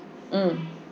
mm